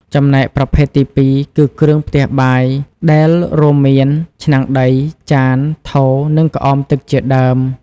ចំណែកប្រភេទទីពីរគឺ គ្រឿងផ្ទះបាយ ដែលរួមមាន ឆ្នាំងដី ចាន ថូ និងក្អមទឹកជាដើម។